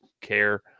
care